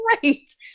great